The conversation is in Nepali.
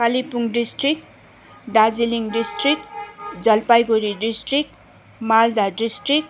Kalimpong district Darjeeling district Jalpaiguri district Malda district